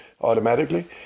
automatically